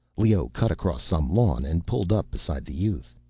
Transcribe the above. leoh cut across some lawn and pulled up beside the youth.